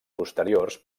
posteriors